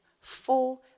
Four